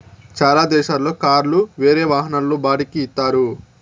చాలా దేశాల్లో కార్లు వేరే వాహనాల్లో బాడిక్కి ఇత్తారు